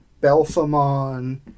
Belfamon